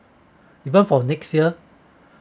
even for next year